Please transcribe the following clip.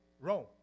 Rome